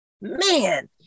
man